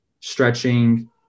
stretching